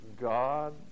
God